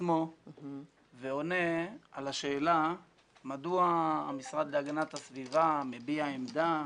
עצמו ועונה על השאלה מדוע המשרד להגנת הסביבה מביע עמדה,